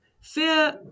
fear